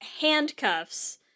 handcuffs